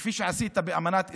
כפי שעשית באמנת איסטנבול,